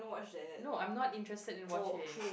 no I'm not interested in watching